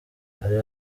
hari